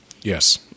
Yes